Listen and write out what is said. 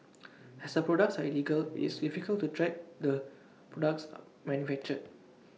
as the products are illegal it's difficult to track the products are when manufactured